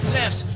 left